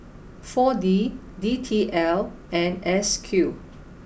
four D D T L and S Q